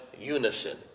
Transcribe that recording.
unison